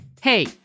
Hey